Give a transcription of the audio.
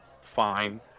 fine